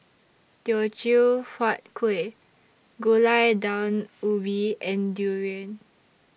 Teochew Huat Kuih Gulai Daun Ubi and Durian